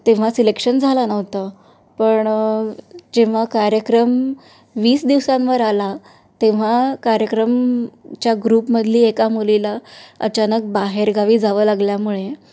तेव्हा सिलेक्शन झालं नव्हतं पण जेव्हा कार्यक्रम वीस दिवसांवर आला तेव्हा कार्यक्रमच्या ग्रुपमधली एका मुलीला अचानक बाहेरगावी जावं लागल्यामुळे